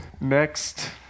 Next